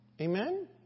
Amen